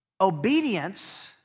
Obedience